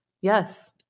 Yes